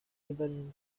even